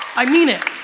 i mean it.